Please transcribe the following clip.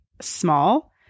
small